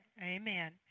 Amen